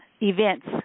events